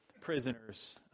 prisoners